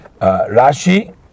Rashi